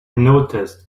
noticed